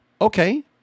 Okay